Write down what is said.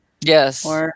Yes